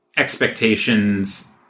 Expectations